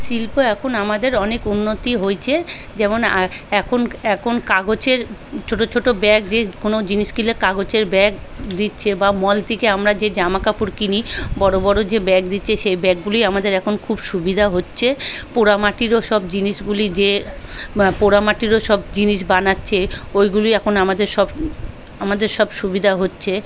শিল্প এখন আমাদের অনেক উন্নতি হয়েছে যেমন এখন এখন কাগজের ছোটো ছোটো ব্যাগ যে কোনো জিনিস কিনলে কাগজের ব্যাগ দিচ্ছে বা মল থেকে আমরা যে জামা কাপড় কিনি বড়ো বড়ো যে ব্যাগ দিচ্ছে সেই ব্যাগগুলি আমাদের এখন খুব সুবিধা হচ্ছে পোড়া মাটিরও সব জিনিসগুলি যে বা পোড়া মাটিরও সব জিনিস বানাচ্ছে ওইগুলি এখন আমাদের সব আমাদের সব সুবিধা হচ্ছে